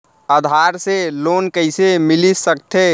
आधार से लोन कइसे मिलिस सकथे?